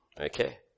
Okay